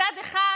מצד אחד